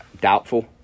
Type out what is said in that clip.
doubtful